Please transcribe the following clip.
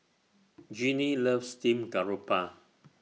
Jeanie loves Steamed Garoupa